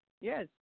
yes